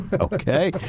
okay